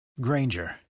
Granger